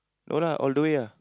no lah all the way ah